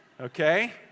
okay